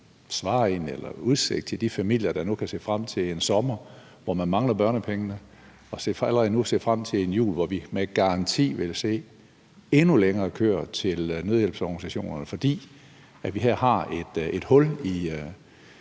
stillen i udsigt til de familier, der nu kan se frem til en sommer, hvor man mangler børnepengene, og allerede nu ser frem til en jul, hvor vi med garanti vil se endnu længere køer til nødhjælpsorganisationerne, fordi vi her har et hul i